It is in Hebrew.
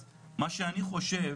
אז מה שאני חושב,